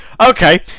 Okay